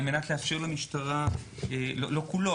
לא כולו,